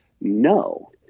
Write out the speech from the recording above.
No